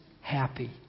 happy